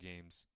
games